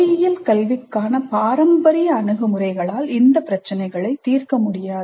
பொறியியல் கல்விக்கான பாரம்பரிய அணுகுமுறைகளால் இந்த பிரச்சினைகளை தீர்க்க முடியாது